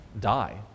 die